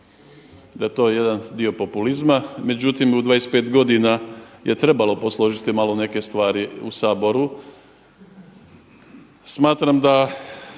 da je to jedan dio populizma. Međutim, u 25 godina je trebalo posložiti malo neke stvari u Saboru. Smatram da